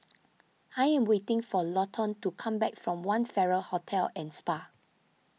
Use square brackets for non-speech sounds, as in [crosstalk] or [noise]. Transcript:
[noise] I am waiting for Lawton to come back from one Farrer Hotel and Spa